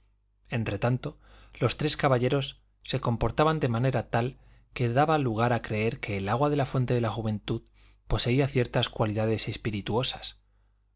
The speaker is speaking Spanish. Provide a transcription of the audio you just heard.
edad entretanto los tres caballeros se comportaban de manera tal que daba lugar a creer que el agua de la fuente de la juventud poseía ciertas cualidades espirituosas